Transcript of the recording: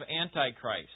Antichrist